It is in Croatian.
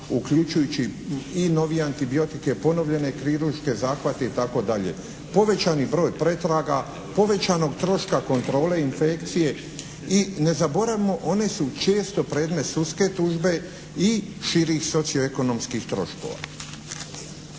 uključujući i novije antibiotike, ponovljene kirurške zahvate itd. Povećani broj pretraga, povećanog troška kontrole infekcije i ne zaboravimo one su često predmet sudske tužbe i širih socioekonomskih troškova.